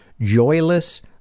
joyless